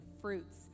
fruits